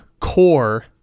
core